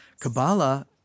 Kabbalah